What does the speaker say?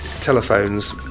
telephones